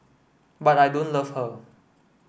but I don't love her